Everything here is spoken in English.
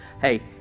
hey